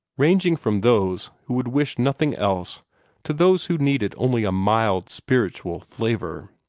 ranging from those who would wish nothing else to those who needed only a mild spiritual flavor.